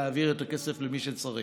להעביר את הכסף למי שצריך,